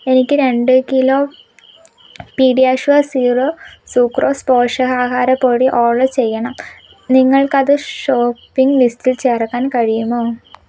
എനിക്ക് രണ്ട് kilo PediaSure zero sucrose പോഷകാഹാരപ്പൊടി ഓർഡർ ചെയ്യണം നിങ്ങൾക്കത് ഷോപ്പിംഗ് ലിസ്റ്റിൽ ചേർക്കാൻ കഴിയുമോ